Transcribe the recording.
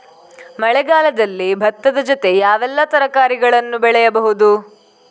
ಮಳೆಗಾಲದಲ್ಲಿ ಭತ್ತದ ಜೊತೆ ಯಾವೆಲ್ಲಾ ತರಕಾರಿಗಳನ್ನು ಬೆಳೆಯಬಹುದು?